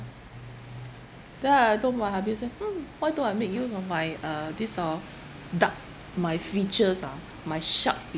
then I told my hubby I say mm why don't I make use of my uh this orh dark my features ah my sharp